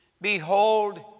Behold